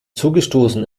zugestoßen